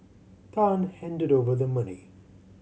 Tan handed over the money